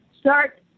start